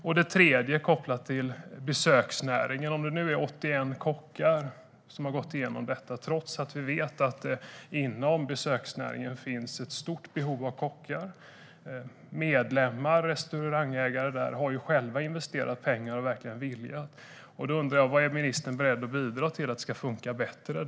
Den tredje frågan är kopplad till besöksnäringen. Nu är det tydligen 81 kockar som har gått igenom snabbspår trots att vi vet att det inom besöksnäringen finns ett stort behov av kockar. Medlemmar och restaurangägare har själva investerat pengar och vilja. Jag undrar: Vad är ministern beredd att bidra med för att detta ska funka bättre?